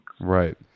Right